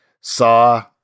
saw